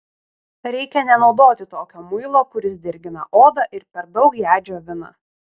reikia nenaudoti tokio muilo kuris dirgina odą ir per daug ją džiovina